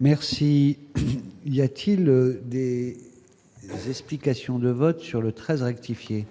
Merci, il y a-t-il de l'explication de vote sur le 13 rectifier.